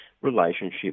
relationship